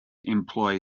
employ